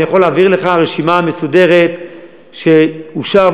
אני יכול להעביר לך רשימה מסודרת של מה שאושר,